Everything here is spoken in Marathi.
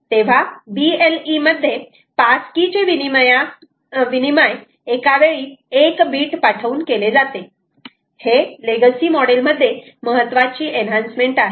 तेव्हा BLE मध्ये पास की चे विनिमाय एकावेळी एक बीट पाठवून केले जाते हे लेगसी मॉडेल मध्ये महत्वाची एन्हान्समेंट आहे